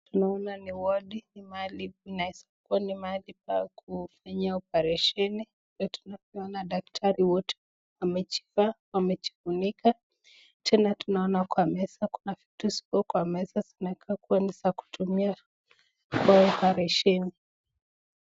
Tunaona ni wodi ni mahali inawezakuwa ni mahali pa kufanya oparesheni vile tunavyoona daktari wote wamejivaa ,wamejifunika tena tunaona kwa meza kuna vitu ziko kwa meza zinakaa kuwa ni za kutumia kwa oparesheni.